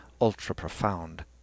ultra-profound